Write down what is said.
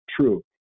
true